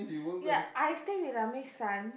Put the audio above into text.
ya I stay with Ramesh son